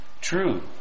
True